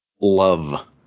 love